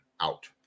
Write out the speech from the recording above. out